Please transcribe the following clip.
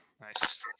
Nice